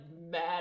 mad